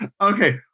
Okay